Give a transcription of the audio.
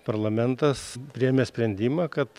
parlamentas priėmė sprendimą kad